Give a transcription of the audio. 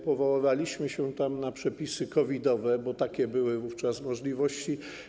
Powoływaliśmy się tam na przepisy COVID-owe, bo takie były wówczas możliwości.